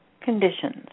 conditions